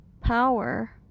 power